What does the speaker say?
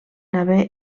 haver